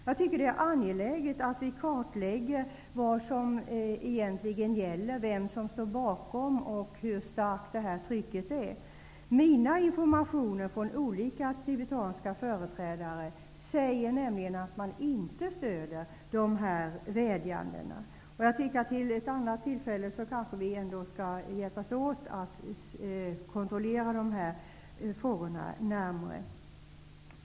Jag tycker att det är angeläget att vi kartlägger vad som egentligen gäller, vem som står bakom detta och hur starkt trycket är. Mina informationer från olika tibetanska företrädare säger nämligen att man inte stöder de här vädjandena. Till ett annat tillfälle kanske vi skall hjälpas åt att kontrollera dessa frågor närmare.